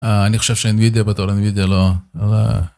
אה, אני חושב שאנבידיה בתור אנבידיה, לא, אה...